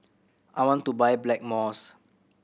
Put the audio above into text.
I want to buy Blackmores